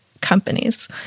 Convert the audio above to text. companies